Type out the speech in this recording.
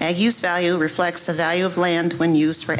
and use value reflects the value of land when used for